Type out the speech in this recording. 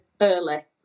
early